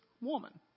woman